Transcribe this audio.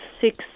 six